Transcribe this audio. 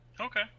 Okay